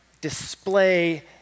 display